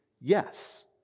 yes